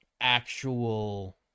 actual